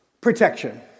Protection